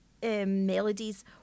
Melodies